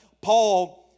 Paul